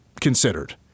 considered